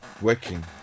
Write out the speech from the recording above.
working